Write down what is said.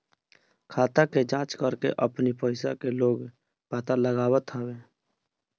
खाता के जाँच करके अपनी पईसा के लोग पता लगावत हवे